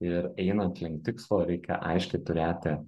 ir einant link tikslo reikia aiškiai turėti